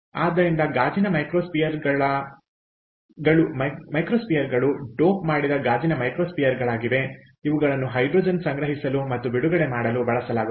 ಆದ್ದರಿಂದ ಗಾಜಿನ ಮೈಕ್ರೊಸ್ಪಿಯರ್ಗಳು ಡೋಪ್ಮಾಡಿದ ಗಾಜಿನ ಮೈಕ್ರೋಸ್ಪಿಯರ್ಗಳಾಗಿವೆ ಇವುಗಳನ್ನು ಹೈಡ್ರೋಜನ್ ಸಂಗ್ರಹಿಸಲು ಮತ್ತು ಬಿಡುಗಡೆ ಮಾಡಲು ಬಳಸಲಾಗುತ್ತದೆ